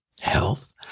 health